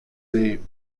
name